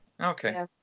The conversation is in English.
okay